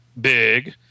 big